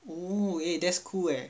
oo eh that's cool eh